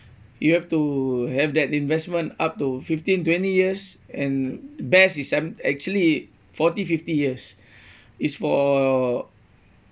you have to have that investment up to fifteen twenty years and best is um actually forty fifty years is for